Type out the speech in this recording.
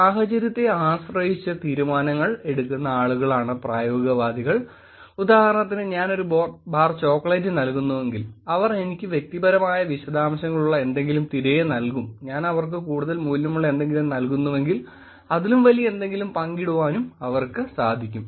സാഹചര്യത്തെ ആശ്രയിച്ച് തീരുമാനങ്ങൾ എടുക്കുന്ന ആളുകളാണ് പ്രായോഗികവാദികൾ ഉദാഹരണത്തിന് ഞാൻ ഒരു ബാർ ചോക്ലേറ്റ് നൽകുന്നുവെങ്കിൽ അവർ എനിക്ക് വ്യക്തിപരമായ വിശദാംശങ്ങളുള്ള എന്തെങ്കിലും തിരികെ നൽകും ഞാൻ അവർക്ക് കൂടുതൽ മൂല്യമുള്ള എന്തെങ്കിലും നൽകുന്നുവെങ്കിൽ അതിലും വലിയ എന്തെങ്കിലും പങ്കിടുവാനും അവർക്ക് സാധിക്കും